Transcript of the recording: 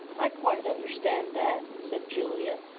i quite understand that, said julia,